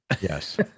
Yes